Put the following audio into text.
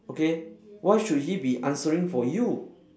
okay why should he be answering for you